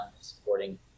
supporting